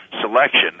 selection